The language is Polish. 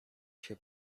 się